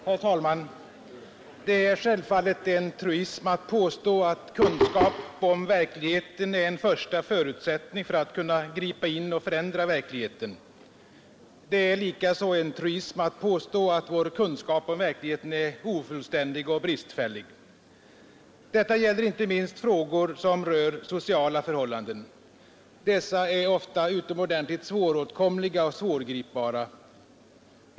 Herr talman! Det är självfallet en truism att påstå att kunskap om verkligheten är en första förutsättning för att kunna gripa in och förändra verkligheten. Det är likaså en truism att påstå att vår kunskap om verkligheten är ofullständig och bristfällig. Detta gäller inte minst frågor som rör sociala förhållanden. Dessa är ofta utomordentligt svåråtkomliga och svårgripbara.